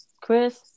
Chris